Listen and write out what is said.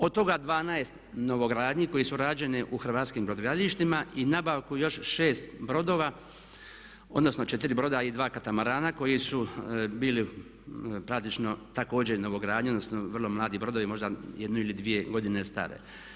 Od toga 12 novogradnji koji su rađeni u hrvatskim brodogradilištima i nabavke još 6 brodova odnosno 4 broda i 2 katamarana koji su bili praktično također novogradnja odnosno vrlo mladi brodovi, možda jednu ili dvije godine stari.